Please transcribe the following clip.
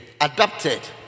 adapted